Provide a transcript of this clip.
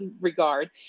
regard